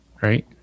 Right